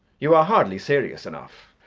you are hardly serious enough.